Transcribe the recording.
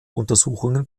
untersuchungen